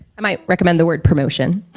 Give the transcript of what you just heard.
i might recommend the word promotion.